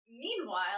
Meanwhile